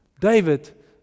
David